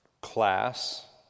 class